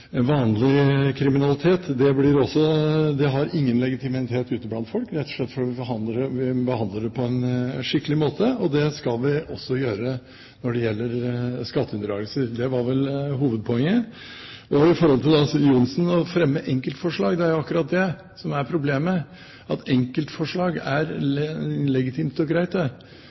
slett fordi vi behandler det på en skikkelig måte. Det skal vi også gjøre når det gjelder skatteunndragelser. Det var vel hovedpoenget. Når det gjelder Johnsen og det å fremme enkeltforslag, er det akkurat det som er problemet at enkeltforslag er legitimt og greit,